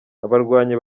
abarwanyi